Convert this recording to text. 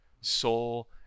soul